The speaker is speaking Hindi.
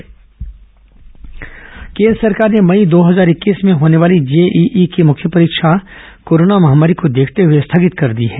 जेईई मुख्य परीक्षा स्थगित केन्द्र सरकार ने मई दो हजार इक्कीस में होने वाली जेईई की मुख्य परीक्षा कोरोना महामारी को देखते हए स्थगित कर दी है